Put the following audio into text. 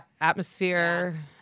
atmosphere